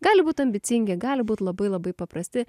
gali būt ambicingi gali būt labai labai paprasti